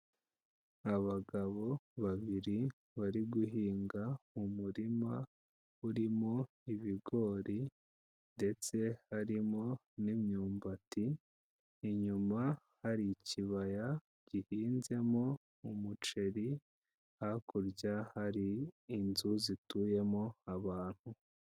Abagabo babiri bari guhinga umurima urimo ibigori ndetse harimo n'imyumbati, inyuma hari ikibaya gihinzemo umuceri, hakurya hari inzu zituyemo abantu.